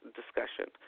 discussion